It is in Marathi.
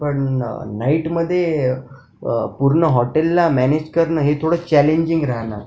पण नाईटमध्ये पूर्ण हॉटेलला मॅनेज करणं हे थोडं चॅलेंजिंग राहणार